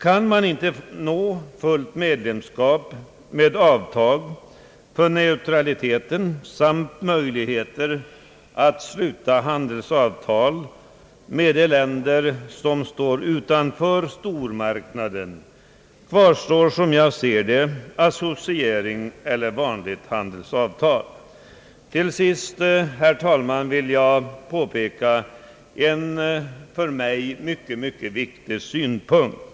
Kan man inte nå fullt medlemskap med bibehållande av neutraliteten samt med möjligheter att sluta handelsavtal med de länder, som står utanför stormarknaden, så kvarstår — som jag ser det hela — associering eller vanligt handelsavtal. Till sist, herr talman, vill jag framhålla en för mig mycket viktig synpunkt.